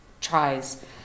tries